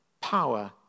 power